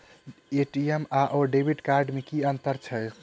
ATM आओर debit card मे की अंतर छैक?